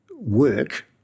work